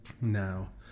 now